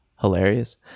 hilarious